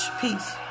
Peace